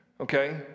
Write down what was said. Okay